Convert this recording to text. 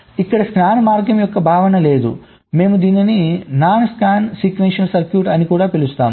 ఇక్కడ స్కాన్ మార్గం యొక్క భావన లేదు మేము దీనిని నాన్ స్కాన్ సీక్వెన్షియల్ సర్క్యూట్ అని పిలుస్తాము